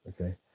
okay